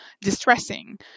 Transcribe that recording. distressing